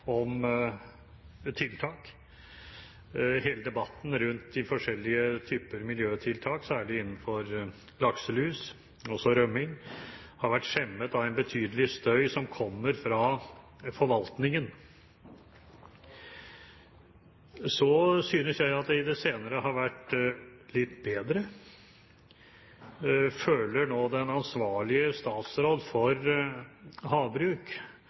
om tiltak. Hele debatten rundt de forskjellige typer miljøtiltak, særlig innenfor lakselus, men også rømming, har vært skjemmet av en betydelig støy, som kommer fra forvaltningen. Så synes jeg at det i det senere har vært litt bedre. Føler nå den ansvarlige statsråd for havbruk